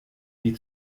die